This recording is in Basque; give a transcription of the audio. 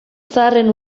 zaharren